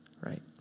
right